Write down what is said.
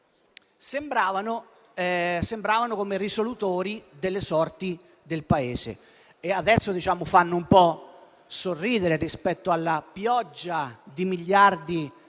sembravano risolutori delle sorti del Paese. Adesso fanno un po' sorridere rispetto alla pioggia di miliardi che